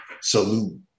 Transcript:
Salute